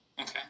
Okay